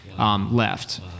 left